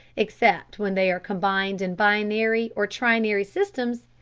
except when they are combined in binary or trinary systems,